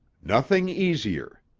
nothing easier.